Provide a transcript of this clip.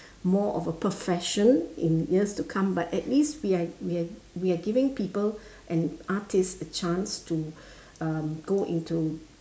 more of a profession in years to come but at least we are we are we are giving people and artist a chance to um go into